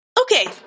Okay